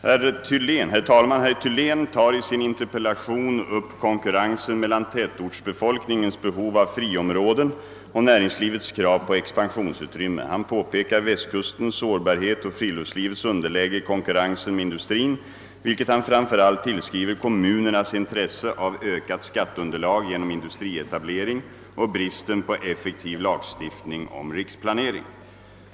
Herr talman! Herr Thylén tar i sin interpellation upp konkurrensen mellan tätortsbefolkningens behov av friområden och näringslivets krav på expansionsutrymme. Han påpekar västkustens sårbarhet och friluftslivets underläge i konkurrensen med industrin, vilket han framför allt tillskriver kommunernas intresse av ökat skatteunderlag genom industrietablering och bristen på effektiv lagstiftning om riksplanering.